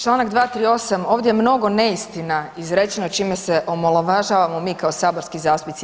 Čl. 238. ovdje je mnogo neistina izrečeno čime se omalovažavamo mi kao saborski zastupnici.